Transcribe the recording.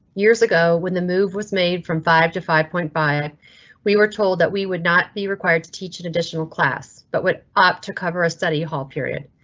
years ago when the move was made from five to five point five we were told that we would not be required to teach an additional class. but would opt to cover a study hall, period.